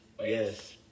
yes